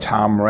Tom